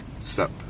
step